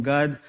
God